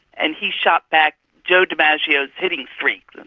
and he shot back, jo dimaggio's hitting streak.